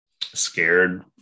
scared